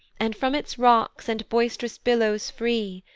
and from its rocks, and boist'rous billows free,